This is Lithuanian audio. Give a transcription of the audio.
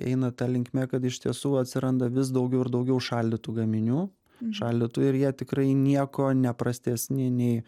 eina ta linkme kad iš tiesų atsiranda vis daugiau ir daugiau šaldytų gaminių šaldytų ir jie tikrai nieko ne prastesni nei